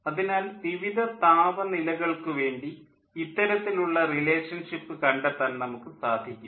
അതിനാൽ വിവിധ താപനിലകൾക്കു വേണ്ടി ഇത്തരത്തിലുള്ള റിലേഷൻഷിപ്പ് കണ്ടെത്താൻ നമുക്കു സാധിക്കും